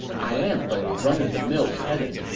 i am but a run-of-the-mill pedant.